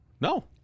No